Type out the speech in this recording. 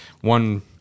one